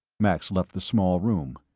max left the small room.